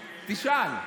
תשאל.